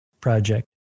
project